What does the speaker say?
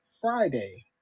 Friday